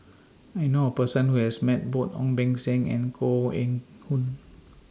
I know A Person Who has Met Both Ong Beng Seng and Koh Eng Hoon